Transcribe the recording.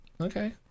okay